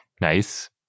Nice